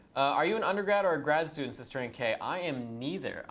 are you an undergrad or grad student? says turing k. i am neither.